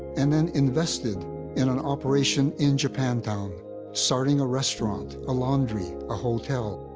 and then invested in an operation in japantown starting a restaurant, a laundry, a hotel.